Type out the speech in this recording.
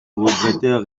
regrettait